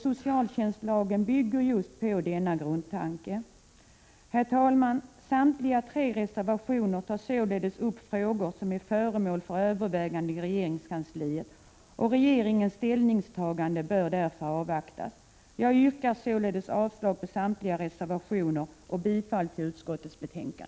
Socialtjänstlagen bygger just på denna grundtanke. Herr talman! Samtliga tre reservationer tar således upp frågor som är föremål för övervägande i regeringskansliet. Regeringens ställningstagande bör därför avvaktas. Jag yrkar därmed avslag på samtliga reservationer och bifall till utskottets hemställan.